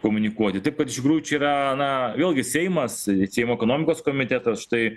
komunikuoti taip kad iš tikrųjų čia yra na vėlgi seimas seimo ekonomikos komitetas štai